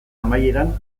amaieran